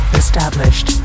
established